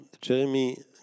Jeremy